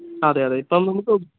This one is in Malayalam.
അതെയതെ ഇപ്പം നമ്മൾ